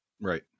Right